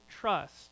trust